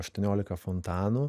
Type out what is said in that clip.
aštuoniolika fontanų